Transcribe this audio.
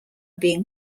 being